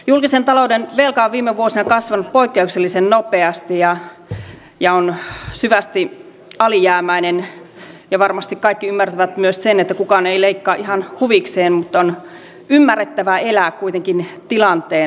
julkisen talouden velka on viime vuosina kasvanut poikkeuksellisen nopeasti ja on syvästi alijäämäinen ja varmasti kaikki ymmärtävät myös sen että kukaan ei leikkaa ihan huvikseen mutta on ymmärrettävä elää kuitenkin tilanteen mukaan